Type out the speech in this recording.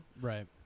Right